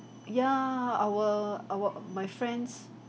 ya our our my friends